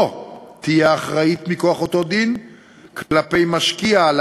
לא תהיה אחראית מכוח אותו דין כלפי משקיע על